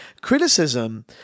Criticism